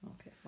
Okay